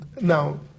Now